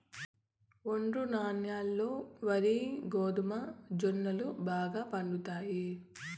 ఒండ్రు న్యాలల్లో వరి, గోధుమ, జొన్నలు బాగా పండుతాయి